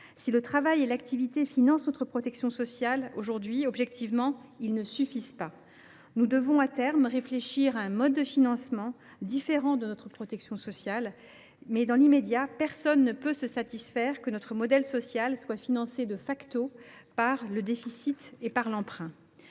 Si le travail et l’activité financent notre protection sociale, aujourd’hui, objectivement, ils ne suffisent pas. Nous devrons, à terme, réfléchir à un mode de financement différent de notre protection sociale. Dans l’immédiat, personne ne peut se satisfaire que notre modèle social soit financé par le déficit et l’emprunt